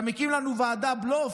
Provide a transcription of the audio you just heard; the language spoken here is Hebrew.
אתה מקים לנו ועדת בלוף.